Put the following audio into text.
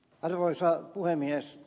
arvoisa puhemies